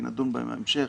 כי נדון בהם בהמשך,